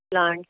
plant